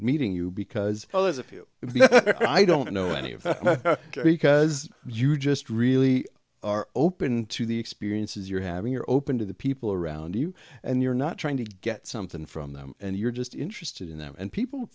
meeting you because there's a few i don't know any of it because you just really are open to the experiences you're having you're open to the people around you and you're not trying to get something from them and you're just interested in that and people